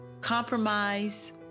compromise